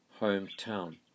hometown